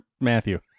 Matthew